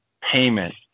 payment